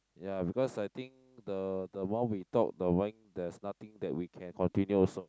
ya because I think the the while we talk the wine there's nothing that we can continue also